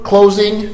Closing